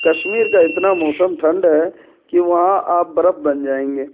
کشمیر کا اتنا موسم ٹھنڈ ہے کہ وہاں آپ برف بن جائیں گے